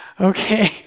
okay